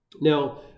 Now